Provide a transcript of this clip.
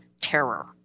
terror